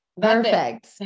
Perfect